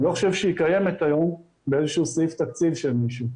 אני לא חושב שהיא קיימת היום באיזשהו סעיף תקציב של מישהו.